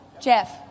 Jeff